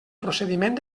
procediment